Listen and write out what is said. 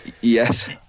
Yes